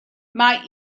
mae